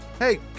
Hey